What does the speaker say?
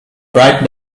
bright